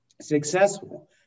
successful